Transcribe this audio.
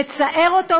לצער אותו.